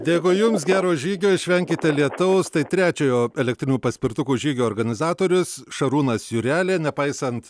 dėkui jums gero žygio išvenkite lietaus tai trečiojo elektrinių paspirtukų žygio organizatorius šarūnas jurelė nepaisant